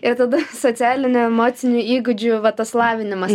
ir tada socialinių emocinių įgūdžių va tas lavinimas